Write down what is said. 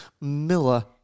miller